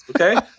okay